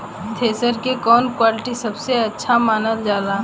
Thresher के कवन quality सबसे अच्छा मानल जाले?